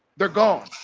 they're gone